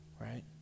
Right